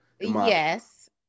Yes